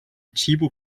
tchibo